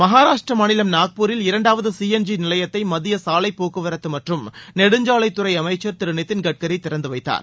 மகாராஷ்ட்ரா மாநிலம் நாக்பூரில் இரண்டாவது சிஎன்ஜி நிலையத்தை மத்திய சாலைப்போக்குவரத்து மற்றும் நெடுஞ்சாலைத்துறை அமைச்சர் திரு நிதின் கட்கரி திறந்து வைத்தார்